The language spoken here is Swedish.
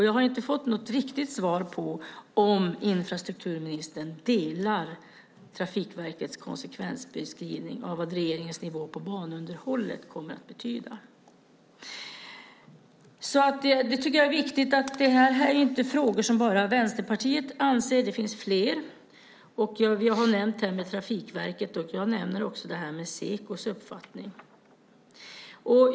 Jag har inte fått något riktigt svar på om infrastrukturministern delar Trafikverkets konsekvensbeskrivning av vad regeringens nivå på banunderhållet kommer att betyda. Detta är frågor som inte bara Vänsterpartiet lyfter fram, utan det finns flera. Jag har nämnt Trafikverket, och jag nämner också Sekos uppfattning.